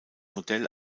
modell